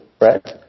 right